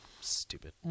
Stupid